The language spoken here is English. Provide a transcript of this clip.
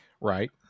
Right